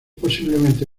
posiblemente